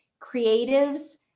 creatives